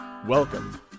Welcome